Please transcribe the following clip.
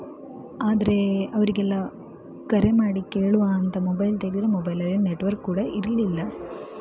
ಆದರೆ ಅವರಿಗೆಲ್ಲ ಕರೆ ಮಾಡಿ ಕೇಳುವಾಂತ ಮೊಬೈಲ್ ತೆಗೆದರೆ ಮೊಬೈಲಲ್ಲಿ ನೆಟ್ವರ್ಕ್ ಕೂಡ ಇರಲಿಲ್ಲ